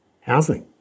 housing